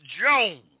Jones